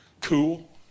cool